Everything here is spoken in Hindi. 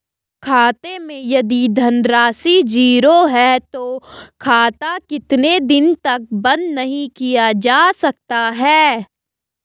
खाते मैं यदि धन राशि ज़ीरो है तो खाता कितने दिन तक बंद नहीं किया जा सकता?